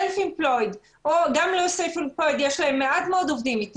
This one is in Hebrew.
עובד אחד או מעט מאוד עובדים.